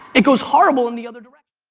it goes horrible in the other direction.